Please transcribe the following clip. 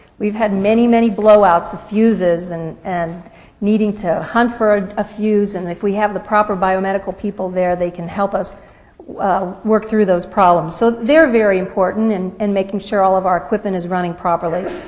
we've had many, many blowouts of fuses and and needing to hunt for a fuse, and if we have the proper biomedical people there they can help us work through those problems. so they're very important in and and making sure all of our equipment is running properly.